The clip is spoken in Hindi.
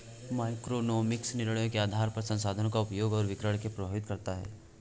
माइक्रोइकोनॉमिक्स निर्णयों के आधार पर संसाधनों के उपयोग और वितरण को प्रभावित करता है